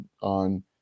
on